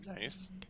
Nice